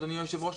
אדוני היושב ראש,